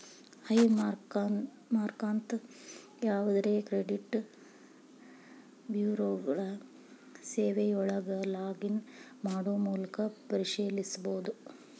high ಮಾರ್ಕ್ನಂತ ಯಾವದೇ credit ಬ್ಯೂರೋಗಳ ಸೇವೆಯೊಳಗ ಲಾಗ್ ಇನ್ ಮಾಡೊ ಮೂಲಕ ಪರಿಶೇಲಿಸಬೋದ